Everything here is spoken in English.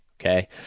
okay